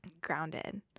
grounded